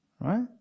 Right